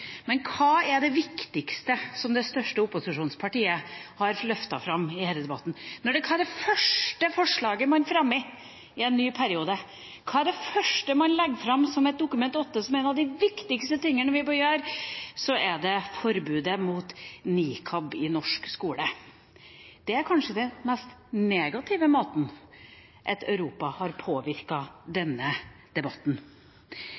men hva er det viktigste som det største opposisjonspartiet har løftet fram i denne debatten? Hva er det første forslaget man fremmer i en ny sesjon, hva er det første man legger fram som et Dokument 8-forslag som en av de viktigste tingene vi bør gjøre? Jo, det er om et forbud mot nikab i norsk skole. Det er kanskje den mest negative måten Europa har påvirket denne debatten